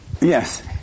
yes